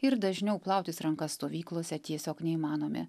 ir dažniau plautis rankas stovyklose tiesiog neįmanomi